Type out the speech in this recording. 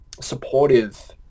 supportive